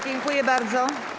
Dziękuję bardzo.